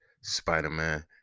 Spider-Man